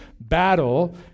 battle